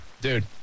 dude